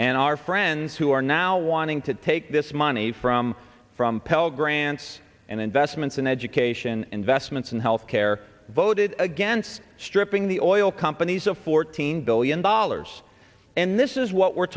and our friends who are now wanting to take this money from from pell grants and investments in education investments in health care voted against stripping the oil companies of fourteen billion dollars and this is what we're